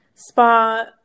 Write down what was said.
Spa